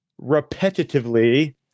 repetitively